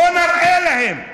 בוא נראה להם.